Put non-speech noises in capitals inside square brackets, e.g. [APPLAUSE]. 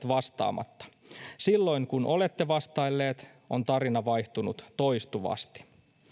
[UNINTELLIGIBLE] vastaamatta silloin kun olette vastaillut on tarina vaihtunut toistuvasti